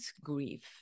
grief